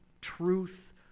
Truth